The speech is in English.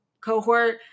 cohort